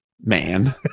man